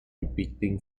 repeating